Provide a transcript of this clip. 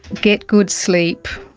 get good sleep,